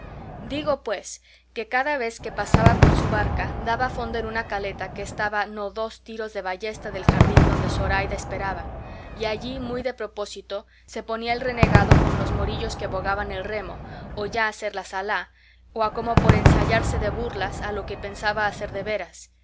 digo pues que cada vez que pasaba con su barca daba fondo en una caleta que estaba no dos tiros de ballesta del jardín donde zoraida esperaba y allí muy de propósito se ponía el renegado con los morillos que bogaban el remo o ya a hacer la zalá o a como por ensayarse de burlas a lo que pensaba hacer de veras